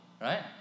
Right